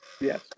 Yes